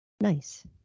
Nice